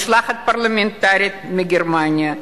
משלחת פרלמנטרית מגרמניה,